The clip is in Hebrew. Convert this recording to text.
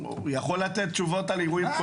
הוא יכול לתת תשובות על אירועים קונקרטיים?